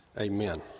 Amen